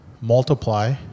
Multiply